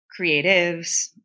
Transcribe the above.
creatives